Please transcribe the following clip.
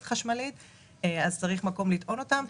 צריך מקום טעינה.